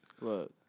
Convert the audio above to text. Look